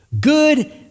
Good